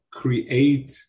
create